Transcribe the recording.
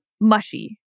mushy